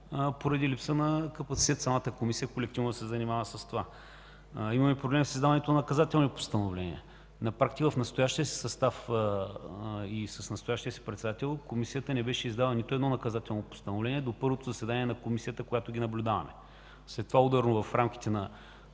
поради липса на капацитет самата Комисия колективно да се занимава с това. Имаме проблем и с издаването на наказателни постановления. На практика с настоящия си състав и с настоящия председател Комисията не беше издала нито едно наказателно постановление до първото заседание на Комисията в Народното събрание, която ги наблюдава. След това ударно – в рамките на